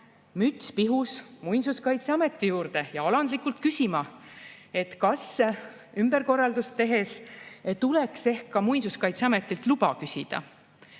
müts pihus, Muinsuskaitseametisse ja alandlikult küsima, kas ümberkorraldust tehes tuleks ehk ka Muinsuskaitseametilt luba küsida.